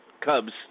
Cubs